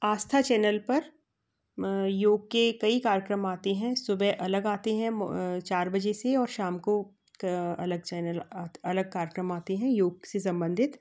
आस्था channel पर योग के कई कार्यक्रम आते हैं सुबह अलग आते हैं चार बजे से और शाम को अलग चैनल आत अलग कार्यक्रम आते हैं योग से सम्बन्धित